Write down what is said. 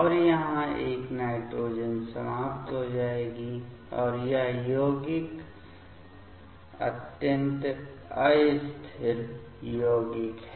और यहाँ यह नाइट्रोजन समाप्त हो जाएगी और यह यौगिक अत्यंत अस्थिर यौगिक है